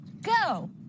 go